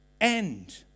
end